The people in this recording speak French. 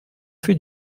fait